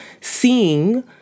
seeing